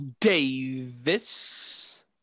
Davis